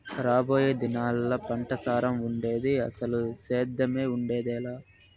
రాబోయే దినాల్లా పంటసారం ఉండేది, అసలు సేద్దెమే ఉండేదెలా